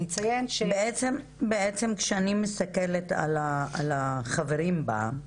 אני אציין שכשאני מסתכלת על החברים בה,